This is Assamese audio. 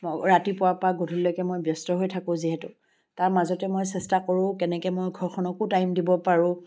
মই ৰাতিপুৱাৰ পৰা গধূলিলৈকে মই ব্যস্ত হৈ থাকোঁ যিহেতু তাৰ মাজতে মই চেষ্টা কৰোঁ কেনেকে মই ঘৰখনকো টাইম দিব পাৰোঁ